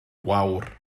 gwawr